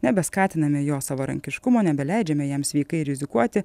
nebeskatiname jo savarankiškumo nebeleidžiame jam sveikai rizikuoti